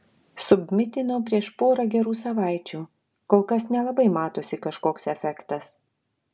submitinau prieš pora gerų savaičių kol kas nelabai matosi kažkoks efektas